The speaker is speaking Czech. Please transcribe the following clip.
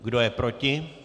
Kdo je proti?